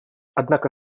однако